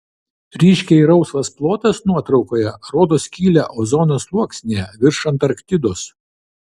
ryškiai rausvas plotas nuotraukoje rodo skylę ozono sluoksnyje virš antarktidos